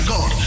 God